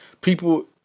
people